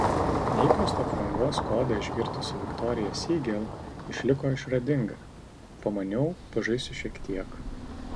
neįprastą aprangos kodą išgirdusi viktorija siegel išliko išradinga pamaniau pažaisiu šiek tiek